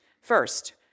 First